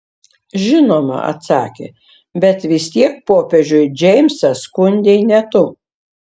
žinoma atsakė bet vis tiek popiežiui džeimsą skundei ne tu